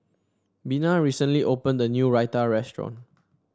Bena recently opened a new Raita Restaurant